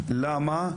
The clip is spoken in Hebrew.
למה?